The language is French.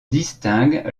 distingue